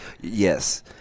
Yes